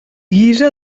guisa